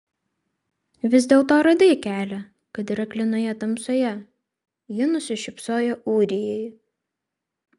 vis dėlto radai kelią kad ir aklinoje tamsoje ji nusišypsojo ūrijai